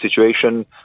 situation